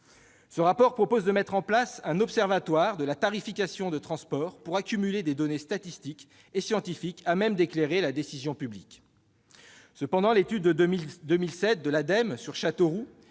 ce rapport, nous proposons de mettre en place un observatoire de la tarification des transports pour accumuler des données statistiques et scientifiques à même d'éclairer la décision publique. Cela étant, l'étude de l'Agence de